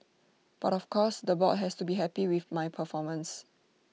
but of course the board has to be happy with my performance